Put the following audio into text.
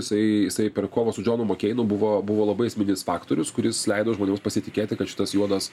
jisai jisai per kovą su džonu makeinu buvo buvo labai esminis faktorius kuris leido žmonėms pasitikėti kad šitas juodas